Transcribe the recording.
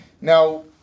Now